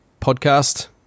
podcast